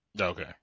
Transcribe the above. Okay